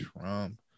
Trump